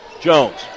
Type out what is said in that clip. Jones